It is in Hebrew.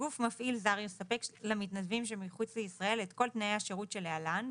גוף מפעיל זר יספק למתנדבים שמחוץ לישראל את כל תנאי השירות שלהלן,